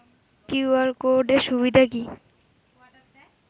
QR code এর সুবিধা কি?